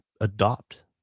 adopt